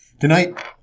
Tonight